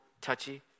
touchy